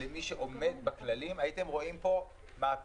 למי שעומד בכללים הייתם רואים פה מהפכה.